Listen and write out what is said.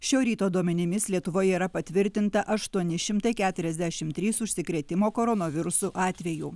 šio ryto duomenimis lietuvoje yra patvirtinta aštuoni šimtai keturiasdešim trys užsikrėtimo koronavirusu atvejų